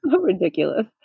Ridiculous